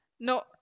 No